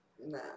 Nah